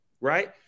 right